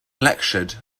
lectured